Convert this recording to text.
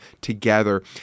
together